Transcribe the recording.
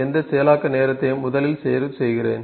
எந்த செயலாக்க நேரத்தையும் முதலில் தேர்வு செய்கிறேன்